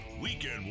Weekend